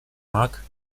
mak